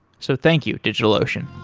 so thank you, digitalocean